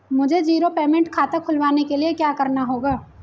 मुझे zero payment खाता खुलवाने के लिए क्या करना होगा?